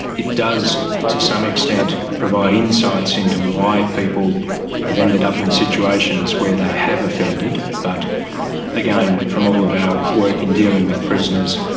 it does to some extent provide insights into why people have ended up in situations where they have offended. but again, from all of our work in dealing with prisoners,